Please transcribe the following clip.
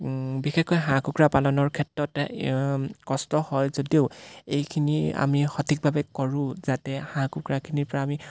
বিশেষকৈ হাঁহ কুকুৰা পালনৰ ক্ষেত্ৰত কষ্ট হয় যদিও এইখিনি আমি সঠিকভাৱে কৰোঁ যাতে হাঁহ কুকুৰাখিনিৰপৰা আমি